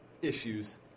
issues